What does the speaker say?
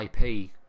IP